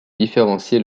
différencier